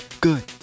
good